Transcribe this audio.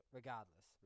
regardless